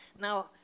Now